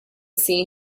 seen